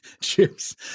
chips